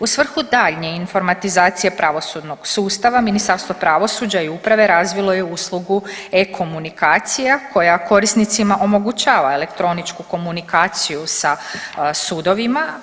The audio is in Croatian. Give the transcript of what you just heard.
U svrhu daljnje informatizacije pravosudnog sustava Ministarstvo pravosuđa i uprave razvilo je uslugu e-komunikacija koja korisnicima omogućava elektroničku komunikaciju sa sudovima.